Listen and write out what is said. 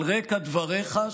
על רקע דבריך,